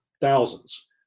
thousands